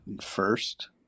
first